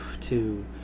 two